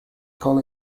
call